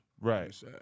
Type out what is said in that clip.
right